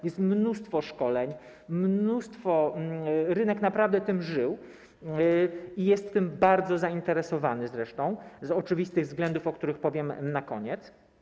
Jest mnóstwo szkoleń, rynek naprawdę tym żył i jest tym bardzo zainteresowany z oczywistych względów, o których powiem na koniec.